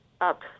up